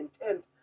intent